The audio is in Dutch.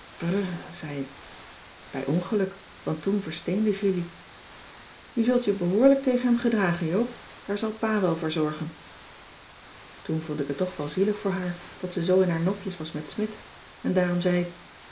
brr zei ik bij ongeluk want toen versteende julie je zult je behoorlijk tegen hem gedragen joop daar zal pa wel voor zorgen toen vond ik het toch wel zielig voor haar dat ze zoo in haar nopjes was met smidt en daarom zei ik